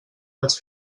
vaig